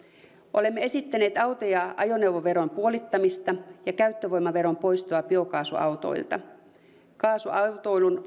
olemme esittäneet auto ja ajoneuvoveron puolittamista ja käyttövoimaveron poistoa biokaasuautoilta kaasuautoilun